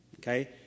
okay